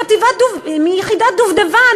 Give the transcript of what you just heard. מיחידת "דובדבן",